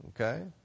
Okay